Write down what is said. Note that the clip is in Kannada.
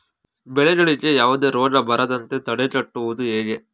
ಬೆಳೆಗಳಿಗೆ ಯಾವುದೇ ರೋಗ ಬರದಂತೆ ತಡೆಗಟ್ಟುವುದು ಹೇಗೆ?